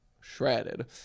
shredded